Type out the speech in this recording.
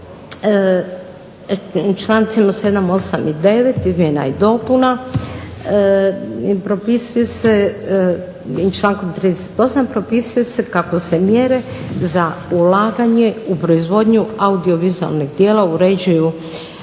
člancima 7., 8. i 9. izmjena i dopuna propisuje se i člankom 38. propisuje se kako se mjere za ulaganje u proizvodnju audiovizualnih djela uređuju